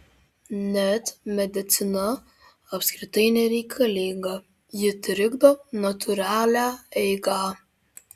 net medicina apskritai nereikalinga ji trikdo natūralią eigą